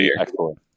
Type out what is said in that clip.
excellent